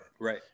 Right